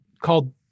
called